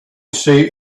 say